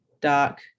dark